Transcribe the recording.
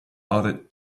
other